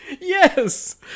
Yes